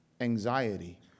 anxiety